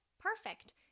Perfect